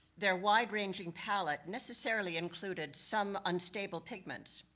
their wide ranging palette necessarily included some unstable pigments.